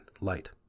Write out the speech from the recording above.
light